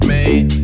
Made